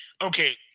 Okay